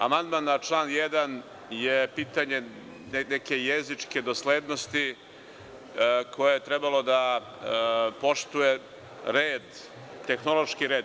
Amandman na član 1. je pitanje neke jezičke doslednosti koja je trebalo da poštuje red, tehnološki red.